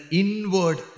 inward